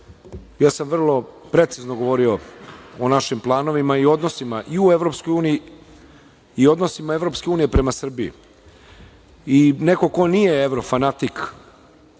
ja sam vrlo precizno govorio o našim planovima i odnosima i u Evropskoj uniji i o odnosima Evropske unije prema Srbiji. Neko ko nije evrofanatik,